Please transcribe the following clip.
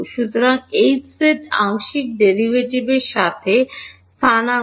সুতরাং Hz আংশিক derivative কর সাথে স্থানাঙ্ক